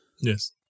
Yes